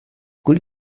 could